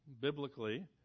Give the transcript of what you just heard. biblically